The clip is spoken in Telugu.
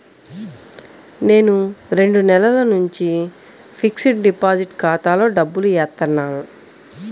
నేను రెండు నెలల నుంచి ఫిక్స్డ్ డిపాజిట్ ఖాతాలో డబ్బులు ఏత్తన్నాను